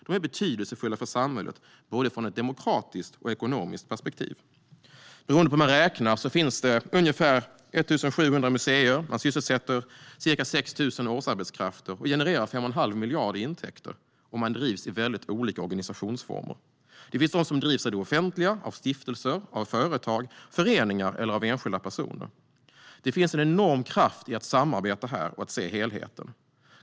De är betydelsefulla för samhället ur både ett demokratiskt och ett ekonomiskt perspektiv. Beroende på hur man räknar finns det ungefär 1 700 museer. Man sysselsätter ca 6 000 årsarbetskrafter och genererar 5 1⁄2 miljard i intäkter. Museerna drivs i väldigt olika organisationsformer: av det offentliga, av stiftelser, av företag, av föreningar eller av enskilda personer. Det finns en enorm kraft i att samarbeta och att se helheten.